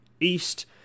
East